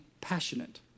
passionate